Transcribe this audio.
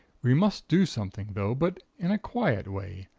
we must do something, though, but in a quiet way.